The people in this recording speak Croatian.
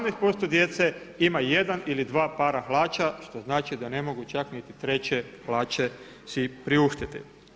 18% djece ima jedan ili dva para hlača što znači da ne mogu čak niti treće hlače si priuštiti.